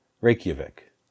Reykjavik